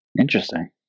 Interesting